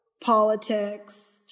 politics